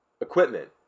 ...equipment